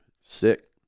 sick